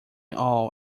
all